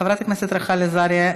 חברת הכנסת רחל עזריה,